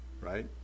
Right